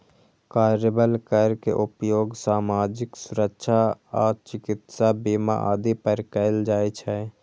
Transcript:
कार्यबल कर के उपयोग सामाजिक सुरक्षा आ चिकित्सा बीमा आदि पर कैल जाइ छै